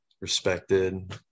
respected